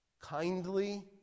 kindly